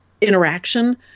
interaction